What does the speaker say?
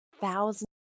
thousands